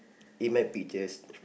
it might be just